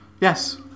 Yes